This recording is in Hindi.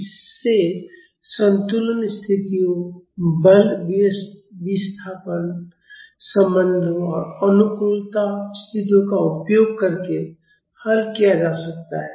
इसे संतुलन स्थितियों बल विस्थापन संबंधों और अनुकूलता स्थितियों का उपयोग करके हल किया जा सकता है